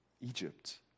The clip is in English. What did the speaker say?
Egypt